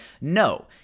No